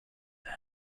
them